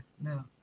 no